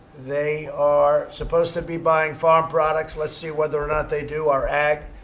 they are supposed to be buying farm products. let's see whether or not they do our ag,